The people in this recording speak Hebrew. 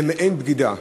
זה מעין בגידה,